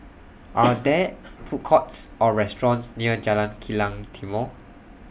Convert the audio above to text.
Are There Food Courts Or restaurants near Jalan Kilang Timor